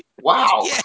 wow